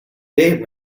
gave